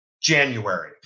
january